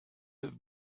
have